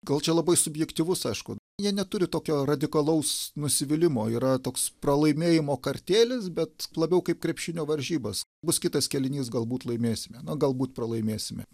gal čia labai subjektyvus aišku jie neturi tokio radikalaus nusivylimo yra toks pralaimėjimo kartėlis bet labiau kaip krepšinio varžybas bus kitas kėlinys galbūt laimėsime na galbūt pralaimėsime